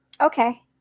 Okay